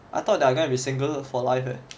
I thought that are gonna be single for life leh